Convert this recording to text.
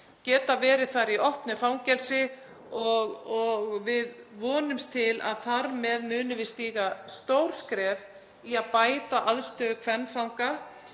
geta verið þar í opnu fangelsi. Við vonumst til að þar með munum við stíga stór skref í að bæta aðstöðu kvenfanga